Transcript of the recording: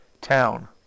town